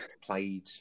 played